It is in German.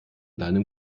deinem